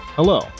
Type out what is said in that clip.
Hello